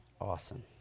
Awesome